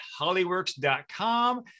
hollyworks.com